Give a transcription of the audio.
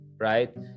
right